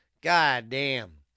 goddamn